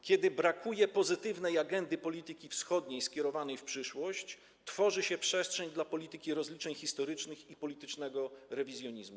Kiedy brakuje pozytywnej agendy polityki wschodniej skierowanej w przyszłość, tworzy się przestrzeń dla polityki rozliczeń historycznych i politycznego rewizjonizmu.